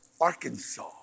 Arkansas